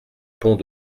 pont